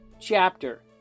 chapter